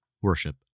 Worship